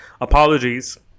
apologies